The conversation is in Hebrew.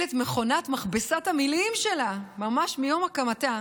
את מכונת מכבסת המילים שלה ממש מיום הקמתה,